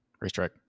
racetrack